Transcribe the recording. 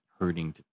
hurting